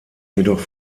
jedoch